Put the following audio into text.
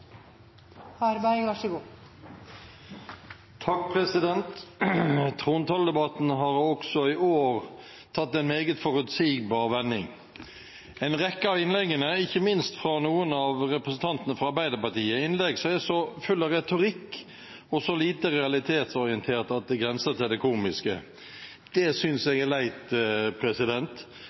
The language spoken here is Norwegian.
Trontaledebatten har også i år tatt en meget forutsigbar vending. En rekke av innleggene – ikke minst fra noen av representantene fra Arbeiderpartiet – er innlegg som er så fulle av retorikk og så lite realitetsorienterte at det grenser til det komiske. Det synes